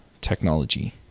technology